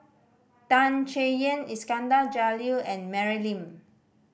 Tan Chay Yan Iskandar Jalil and Mary Lim